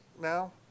now